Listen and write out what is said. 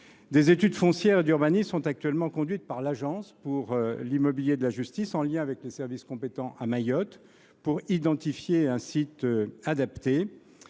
des études foncières et d’urbanisme sont actuellement conduites par l’Agence publique pour l’immobilier de la justice (Apij), en lien avec les services compétents à Mayotte, pour identifier un site adapté.